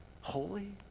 Holy